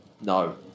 No